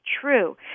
true